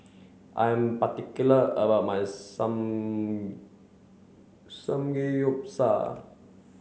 I am particular about my Sam Samgeyopsal